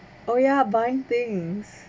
oh ya buying things